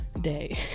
day